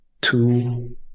two